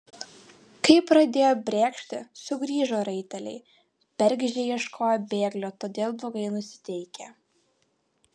kai pradėjo brėkšti sugrįžo raiteliai bergždžiai ieškoję bėglio todėl blogai nusiteikę